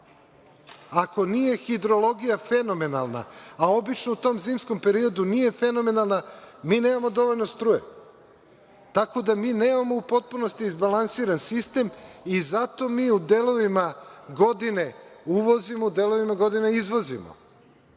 Ako hidrologija nije fenomenalna, a obično u tom zimskom periodu nije fenomenalna, mi nemamo dovoljno struje. Tako da, mi nemamo u potpunosti izbalansiran sistem i zato mi u delovima godine uvozimo, u delovima godine izvozimo.